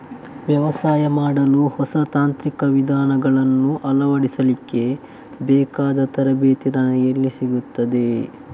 ವ್ಯವಸಾಯ ಮಾಡಲು ಹೊಸ ತಾಂತ್ರಿಕ ವಿಧಾನಗಳನ್ನು ಅಳವಡಿಸಲಿಕ್ಕೆ ಬೇಕಾದ ತರಬೇತಿ ನನಗೆ ಎಲ್ಲಿ ಸಿಗುತ್ತದೆ?